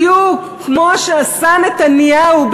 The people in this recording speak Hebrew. בדיוק כמו שעשה נתניהו,